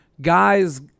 guys